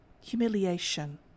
humiliation